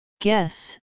Guess